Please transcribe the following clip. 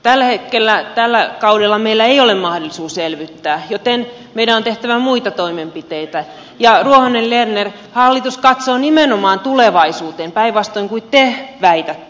tällä hetkellä tällä kaudella meillä ei ole mahdollisuutta elvyttää joten meidän on tehtävä muita toimenpiteitä ja ruohonen lerner hallitus katsoo nimenomaan tulevaisuuteen päinvastoin kuin te väitätte